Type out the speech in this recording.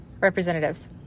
representatives